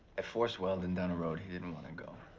i forced weldon down a road he didn't want to go